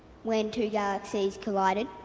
when two galaxies collided?